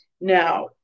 Now